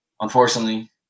unfortunately